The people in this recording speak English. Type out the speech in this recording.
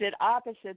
opposite